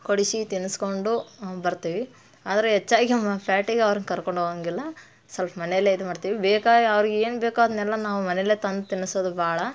ಕೊಡಿಸಿ ತಿನ್ನಿಸ್ಕೊಂಡು ಬರ್ತೀವಿ ಆದರೆ ಹೆಚ್ಚಾಗಿ ಮ ಪೇಟೆಗೆ ಅವ್ರನ್ನ ಕರ್ಕೊಂಡೋಗೋಂಗಿಲ್ಲ ಸ್ವಲ್ಪ ಮನೇಲ್ಲೆ ಇದು ಮಾಡ್ತೀವಿ ಬೇಕಾರೆ ಅವ್ರ್ಗೆ ಏನು ಬೇಕೋ ಅದನ್ನೆಲ್ಲ ನಾವು ಮನೆಯಲ್ಲೆ ತಂದು ತಿನ್ನಿಸೋದು ಭಾಳ